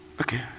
Okay